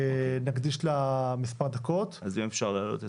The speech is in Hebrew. נקדיש לה מספר דקות, נראה מה